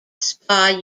spa